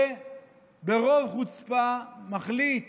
וברוב חוצפה מחליט